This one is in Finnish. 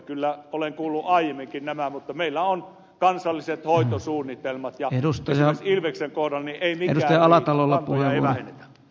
kyllä olen kuullut aiemminkin nämä mutta meillä on kansalliset hoitosuunnitelmat ja ilveksen kohdalla ei mikään riitä kantoja ei vähennetä